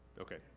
Okay